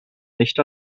nicht